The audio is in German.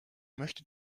möchte